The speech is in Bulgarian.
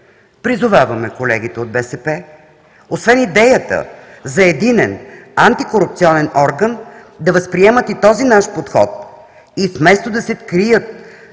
Призоваваме колегите от БСП, освен идеята за единен антикорупционен орган, да възприемат и този наш подход, и вместо да се крият